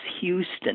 Houston